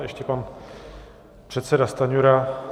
Ještě pan předseda Stanjura.